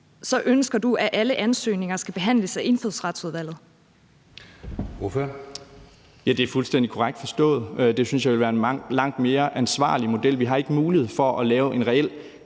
ønsker du, at alle ansøgninger skal behandles af Indfødsretsudvalget.